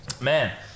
Man